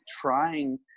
trying